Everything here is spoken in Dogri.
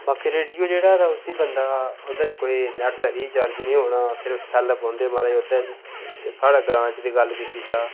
बाकी रेडियो जेह्ड़ा ऐ उस्सी बंदा ओह्दे च कोई मतलब रिचार्ज नेईं होना सैल्ल पौंदे महाराज ओह्दे च ते साढ़े ग्रां च गल्ल कीती जाऽ